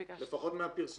לפחות מהפרסומים